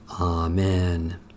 Amen